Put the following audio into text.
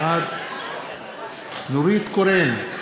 בעד נורית קורן,